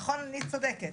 נכון, אני צודקת?